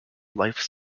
life